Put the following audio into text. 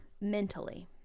mentally